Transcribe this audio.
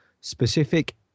specific